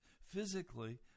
Physically